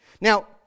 Now